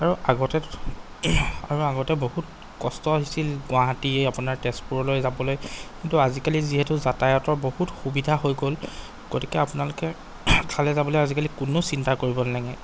আৰু আগতে আৰু আগতে বহুত কষ্ট হৈছিল গুৱাহাটী আপোনাৰ তেজপুৰলৈ যাবলৈ কিন্তু আজিকালি যিহেতু যাতায়তৰ বহুত সুবিধা হৈ গ'ল গতিকে আপোনালোকে সেইফালে যাবলৈ আজিকালি কোনো চিন্তা কৰিব নেলাগে